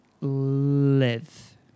Live